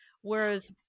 Whereas